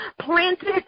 planted